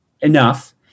enough